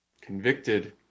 convicted